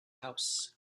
house